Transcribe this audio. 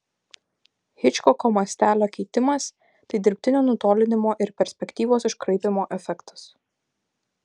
hičkoko mastelio keitimas tai dirbtinio nutolinimo ir perspektyvos iškraipymo efektas